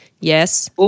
yes